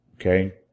Okay